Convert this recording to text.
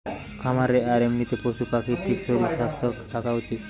খামারে আর এমনিতে পশু পাখির ঠিক শরীর স্বাস্থ্য থাকা উচিত